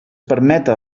permeta